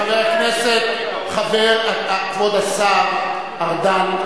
כבוד השר ארדן,